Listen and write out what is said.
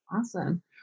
Awesome